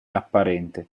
apparente